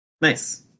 Nice